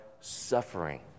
suffering